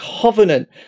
covenant